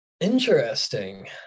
Interesting